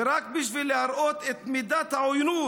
ורק כדי להראות את מידת העוינות,